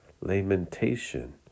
lamentation